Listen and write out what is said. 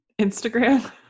Instagram